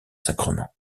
sacrement